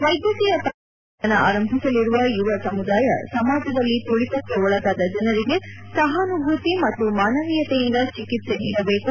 ವೈದ್ಯಕೀಯ ಪದವಿ ಪಡೆದು ವೃತ್ತಿ ಜೀವನ ಆರಂಭಿಸಲಿರುವ ಯುವ ಸಮುದಾಯ ಸಮಾಜದಲ್ಲಿ ತುಳಿತಕ್ಕೆ ಒಳಗಾದ ಜನರಿಗೆ ಸಹಾನೂಭೂತಿ ಮತ್ತು ಮಾನವೀಯತೆಯಿಂದ ಚಿಕಿತ್ಸೆ ನೀಡಬೇಕು